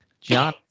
John